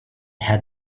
had